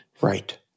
right